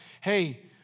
hey